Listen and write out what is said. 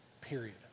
Period